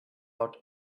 out